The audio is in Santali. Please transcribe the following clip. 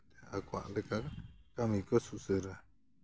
ᱯᱟᱲᱦᱟᱣ ᱠᱟᱛᱮᱫ ᱟᱠᱚᱣᱟᱜ ᱞᱮᱠᱟ ᱠᱟᱹᱢᱤ ᱠᱚ ᱥᱩᱥᱟᱹᱨᱟ